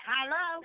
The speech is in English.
Hello